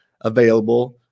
available